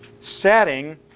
Setting